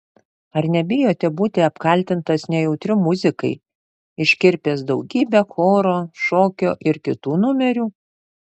ar nebijote būti apkaltintas nejautriu muzikai iškirpęs daugybę choro šokio ir kitų numerių